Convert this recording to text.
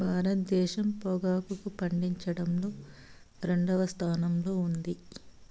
భారతదేశం పొగాకును పండించడంలో రెండవ స్థానంలో ఉంది